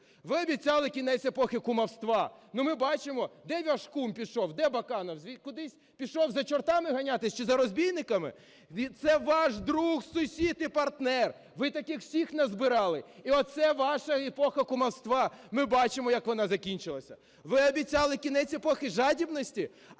Ви обіцяли кінець епохи кумівства. Ну, ми бачимо, де ваш кум пішов? Де Баканов? Кудись пішов за чортами ганятись, чи за розбійниками? Це ваш друг, сусід і партнер, ви таких всіх назбирали. І оце ваша епоха кумівства. Ми бачимо, як вона закінчилась. Ви обіцяли кінець епохи жадібності.